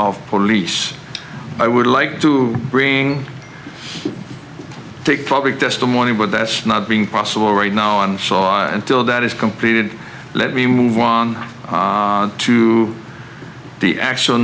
of police i would like to bring take public testimony but that's not being possible right now and saw until that is completed let me move on to the actual